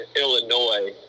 Illinois